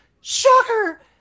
Shocker